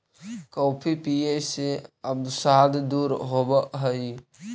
coffee पीये से अवसाद दूर होब हई